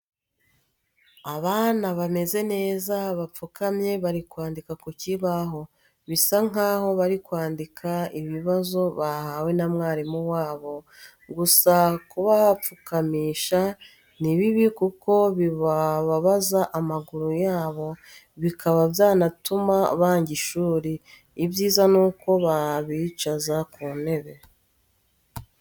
Abana bameze neza bapfukamye bari kwandika ku kibaho, bisa nkaho bari kwandika ibibazo bahawe na mwarimu wabo, gusa kubapfukamisha ni bibi kuko bibababaza amaguru yabo bikaba byanatuma banga ishuri, ibyiza ni uko babicaza ku ntebe.